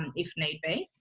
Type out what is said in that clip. and if need be,